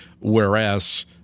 whereas